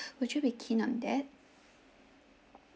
would you be keen on that